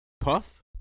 Puff